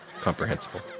comprehensible